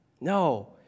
No